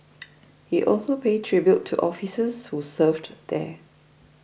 he also paid tribute to officers who served there